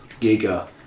Giga